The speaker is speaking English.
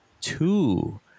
two